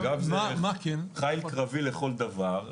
מג"ב הוא חיל קרבי לכל דבר.